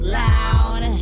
loud